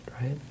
right